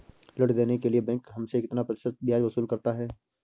ऋण देने के लिए बैंक हमसे कितना प्रतिशत ब्याज वसूल करता है?